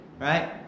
right